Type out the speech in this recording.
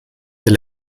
der